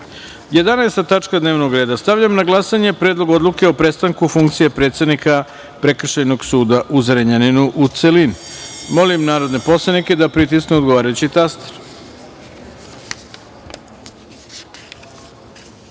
tačka dnevnog reda – Stavljam na glasanje Predlog odluke o prestanku funkcije predsednika Prekršajnog suda u Zrenjaninu. Molim narodne poslanike da pritisnu odgovarajući